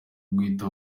guhita